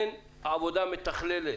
אין עבודה מתכללת.